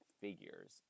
figures